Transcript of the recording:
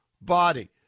body